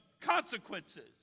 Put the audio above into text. consequences